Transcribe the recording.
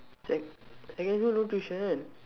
sec secondary no tuition